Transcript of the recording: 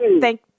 thank